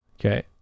okay